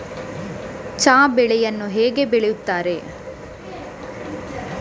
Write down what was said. ಚಹಾ ಬೆಳೆಯನ್ನು ಹೇಗೆ ಬೆಳೆಯುತ್ತಾರೆ?